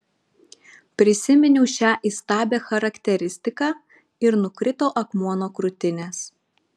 prisiminiau šią įstabią charakteristiką ir nukrito akmuo nuo krūtinės